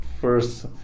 first